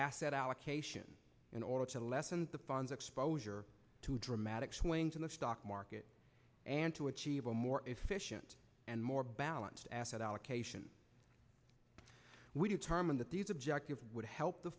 asset allocation in order to lessen the funds exposure to dramatic swings in the stock market and to achieve a more efficient and more balanced asset allocation we determined that these objectives would help the